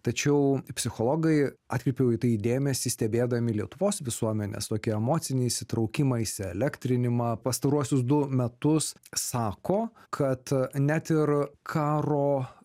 tačiau psichologai atkreipiau į tai dėmesį stebėdami lietuvos visuomenės tokį emocinį įsitraukimą įsielektrinimą pastaruosius du metus sako kad net ir karo